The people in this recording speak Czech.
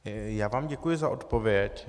Já vám děkuji za odpověď.